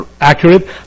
accurate